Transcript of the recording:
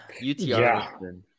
utr